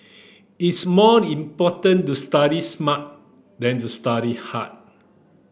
it's more important to study smart than to study hard